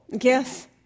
Yes